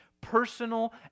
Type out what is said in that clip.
personal